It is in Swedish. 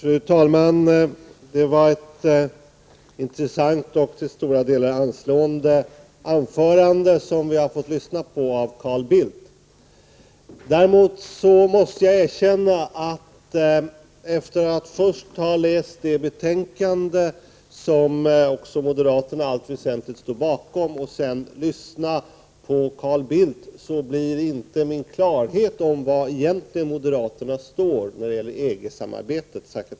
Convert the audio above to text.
Fru talman! Det var ett intressant och till stora delar anslående anförande som vi fick lyssna till av Carl Bildt. Men efter att först ha läst det betänkande som också moderaterna i allt väsentligt står bakom och sedan ha lyssnat till Carl Bildt blir jag — det måste jag erkänna — inte särskilt mycket klokare på var moderaterna står när det gäller EG-samarbetet.